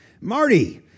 Marty